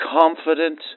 confident